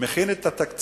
היה מכין את התקציבים,